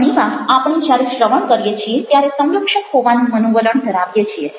ઘણી વાર આપણે જ્યારે શ્રવણ કરીએ છીએ ત્યારે સંરક્ષક હોવાનું મનોવલણ ધરાવીએ છીએ